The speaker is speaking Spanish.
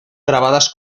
grabadas